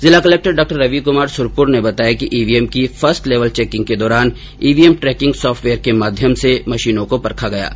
जिला collector Dr Ravi Kumar Surpur ने बताया कि ईवीएम की फर्स्ट लेवल चेकिंग के दौरान ईवीएम ट्रेकिंग सॉफ्टवेयर के माध्यम से मशीनों को परखा गया हैं